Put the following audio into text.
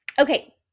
Okay